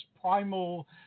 primal